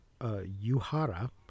Yuhara